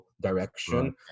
direction